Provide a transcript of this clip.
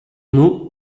nom